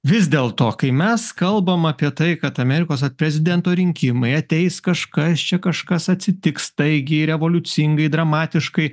vis dėlto kai mes kalbam apie tai kad amerikos vat prezidento rinkimai ateis kažkas čia kažkas atsitiks staigiai revoliucingai dramatiškai